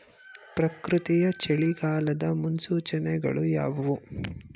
ಪ್ರಕೃತಿಯ ಚಳಿಗಾಲದ ಮುನ್ಸೂಚನೆಗಳು ಯಾವುವು?